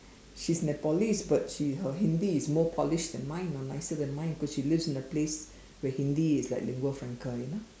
she's Nepalese but she her Hindi is more Nepalese than mine you know nicer than mine because she lives in a place where Hindi is like lingua franca you know